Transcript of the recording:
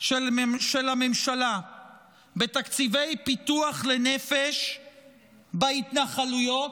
של הממשלה בתקציבי פיתוח לנפש בהתנחלויות,